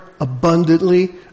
abundantly